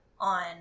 on